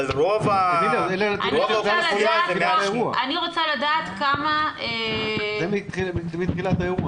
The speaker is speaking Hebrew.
אבל רוב האוכלוסייה היא מעל 80. --- זה מתחילת היום,